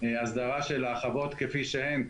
הסדרה של החוות כפי שהן,